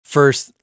First